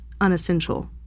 unessential